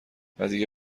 ودیگه